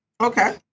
Okay